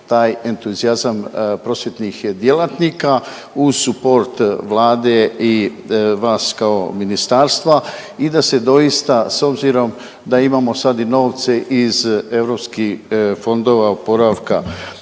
taj entuzijazam prosvjetnih djelatnika uz suport Vlade i vas kao ministarstva i da se doista s obzirom da imamo sad i novce iz europskih fondova oporavka,